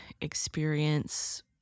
experience